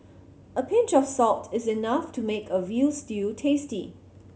a pinch of salt is enough to make a veal stew tasty